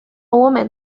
woman